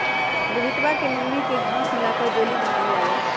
रोहितवा के मम्मी के घास्य मिलाकर जेली बनावे आवा हई